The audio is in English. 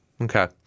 Okay